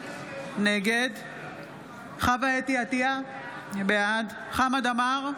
נגד חוה אתי עטייה, בעד חמד עמאר,